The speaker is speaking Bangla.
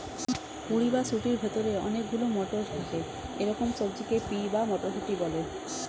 কুঁড়ি বা শুঁটির ভেতরে অনেক গুলো মটর থাকে এরকম সবজিকে পি বা মটরশুঁটি বলে